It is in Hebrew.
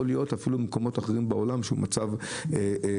להיות אפילו במקומות אחרים בעולם שהוא מצב רגיל,